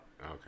Okay